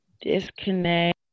disconnect